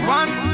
one